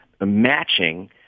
matching